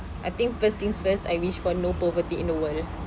I think first things first I wish for no poverty in the world